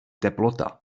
teplota